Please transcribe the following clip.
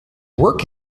work